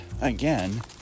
again